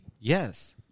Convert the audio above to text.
Yes